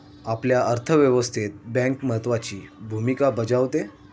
आपल्या अर्थव्यवस्थेत बँक महत्त्वाची भूमिका बजावते